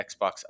Xbox